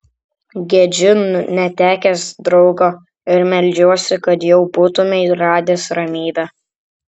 gedžiu netekęs draugo ir meldžiuosi kad jau būtumei radęs ramybę